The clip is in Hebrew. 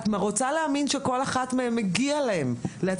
את רוצה להאמין שלכל אחד מהם מגיע להצליח,